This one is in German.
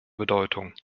bedeutung